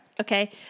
okay